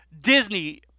Disney